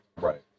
Right